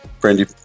Brandy